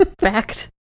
Fact